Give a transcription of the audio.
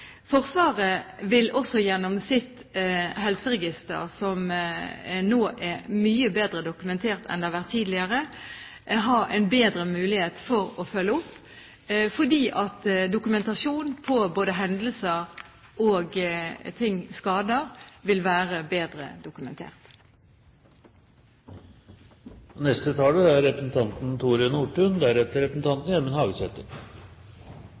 Forsvaret vil også gjennom sitt helseregister, der en nå har mye bedre dokumentasjon enn tidligere, ha en bedre mulighet for å følge opp, fordi både hendelser og skader vil være bedre dokumentert. Takk til interpellanten – jeg synes det er